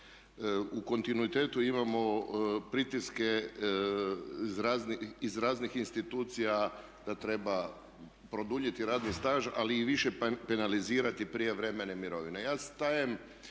u kontinuitetu imamo pritiske iz raznih institucija da treba produljiti radni staž ali i više penalizirati prijevremene mirovine.